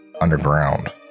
underground